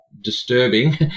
disturbing